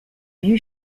you